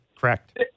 Correct